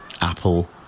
Apple